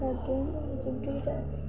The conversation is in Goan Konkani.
लेब्रेयन डॉगाचो ब्रिड